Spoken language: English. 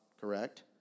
correct